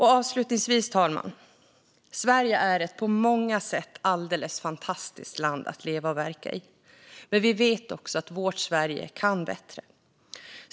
Avslutningsvis, herr talman: Sverige är ett på många sätt alldeles fantastiskt land att leva och verka i. Men vi vet också att vårt Sverige kan bättre.